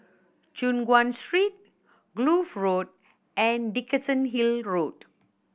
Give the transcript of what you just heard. Choon Guan Street Kloof Road and Dickenson Hill Road